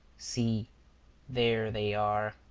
see there they are.